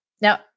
Now